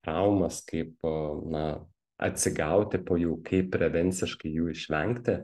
traumas kaip na atsigauti po jų kaip prevenciškai jų išvengti